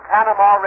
Panama